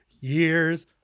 years